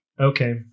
Okay